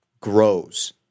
grows